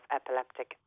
epileptic